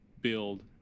build